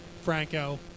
Franco